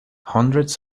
hundreds